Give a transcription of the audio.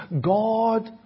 God